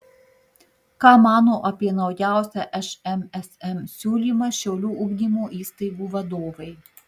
ką mano apie naujausią šmsm siūlymą šiaulių ugdymo įstaigų vadovai